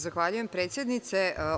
Zahvaljujem, predsednice.